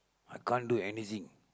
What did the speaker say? I can't do anything